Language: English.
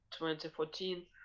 2014